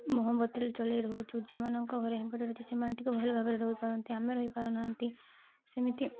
ମହମବତୀରେ ଚଳି ରହୁଛୁ ଯେଉଁମାନେଙ୍କ ଘରେ ଇନଭର୍ଟର୍ ରହିଛି ସେମାନେ ଟିକେ ଭଲ ଭାବରେ ରହିପାରନ୍ତି ଆମେ ରହିପାରୁନାହାନ୍ତି ସେମିତି